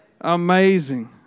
Amazing